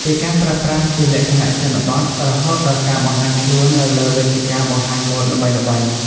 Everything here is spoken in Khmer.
ពីការប្រើប្រាស់ជាលក្ខណៈជនបទ រហូតដល់ការបង្ហាញខ្លួននៅលើវេទិកាបង្ហាញម៉ូដល្បីៗ។